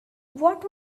what